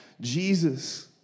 Jesus